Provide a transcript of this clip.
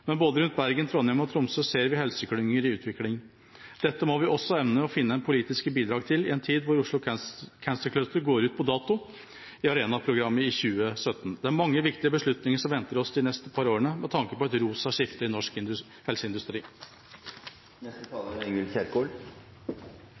Men både rundt Bergen, Trondheim og Tromsø ser vi helseklynger i utvikling. Dette må vi også evne å finne politiske bidrag til, i en tid hvor Oslo Cancer Cluster «går ut på dato» i Arena-programmet i 2017. Det er mange viktige beslutninger som venter oss de neste par årene, med tanke på et rosa skifte i norsk